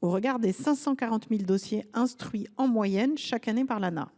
au regard des 540 000 dossiers instruits en moyenne chaque année par l’Agence nationale de l’habitat (Anah).